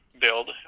build